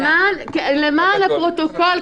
למען הפרוטוקול,